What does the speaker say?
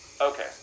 Okay